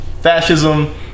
fascism